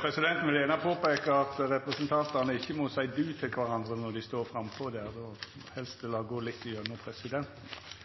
Presidenten vil gjerne påpeika at representantane ikkje må seia du til kvarandre når dei er på talarstolen, og helst la talen gå